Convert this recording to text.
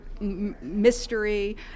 mystery